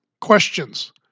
questions